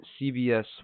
CBS